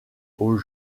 aux